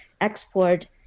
export